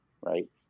right